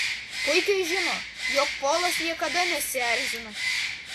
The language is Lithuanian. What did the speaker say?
puikiai žino jog polas niekada nesierzina